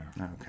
Okay